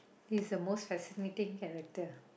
he's the most fascinating character